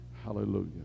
hallelujah